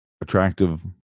attractive